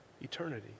eternity